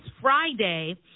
Friday